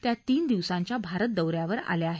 त्या तीन दिवसांच्या भारत दौ यावर आल्या आहेत